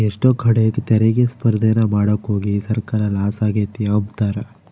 ಎಷ್ಟೋ ಕಡೀಗ್ ತೆರಿಗೆ ಸ್ಪರ್ದೇನ ಮಾಡಾಕೋಗಿ ಸರ್ಕಾರ ಲಾಸ ಆಗೆತೆ ಅಂಬ್ತಾರ